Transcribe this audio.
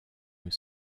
with